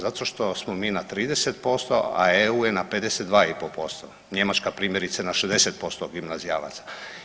Zato što smo mi na 30%, a EU je na 52,5%, Njemačka primjerice na 60% gimnazijalaca.